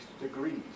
degrees